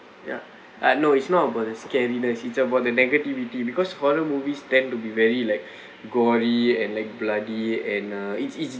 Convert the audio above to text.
ya I know it's not about the scariness it's about the negativity because horror movies tend to be very like gory and like bloody and uh it's it's